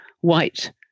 white